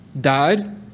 died